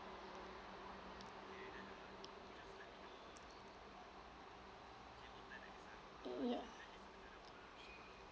ya